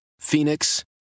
Phoenix